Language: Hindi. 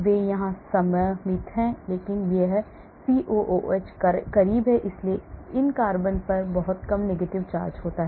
वे यहां सममित हैं लेकिन यह COOH करीब है इसलिए इन कार्बन पर बहुत कम negative charge होता है